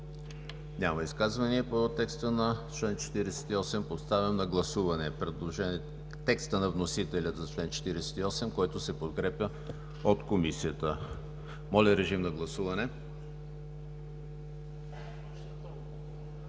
Няма изказвания по текста на чл. 48. Поставям на гласуване текста на вносителя за чл. 48, който се подкрепя от Комисията. Гласували